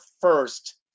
first